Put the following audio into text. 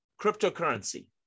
cryptocurrency